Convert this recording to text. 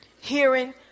Hearing